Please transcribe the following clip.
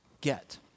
get